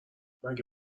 مگه